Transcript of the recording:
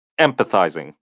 empathizing